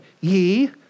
Ye